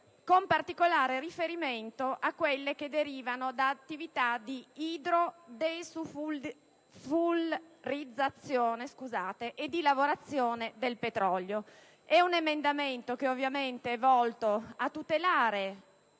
con particolare riferimento a quelle derivanti da attività di idrodesulfurizzazione e di lavorazione del petrolio. Si tratta di un emendamento volto a tutelare